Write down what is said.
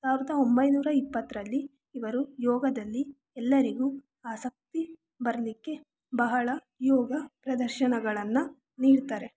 ಸಾವಿರದ ಒಂಬೈನೂರ ಇಪ್ಪತ್ತರಲ್ಲಿ ಇವರು ಯೋಗದಲ್ಲಿ ಎಲ್ಲರಿಗೂ ಆಸಕ್ತಿ ಬರಲಿಕ್ಕೆ ಬಹಳ ಯೋಗ ಪ್ರದರ್ಶನಗಳನ್ನು ನೀಡ್ತಾರೆ